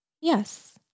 Yes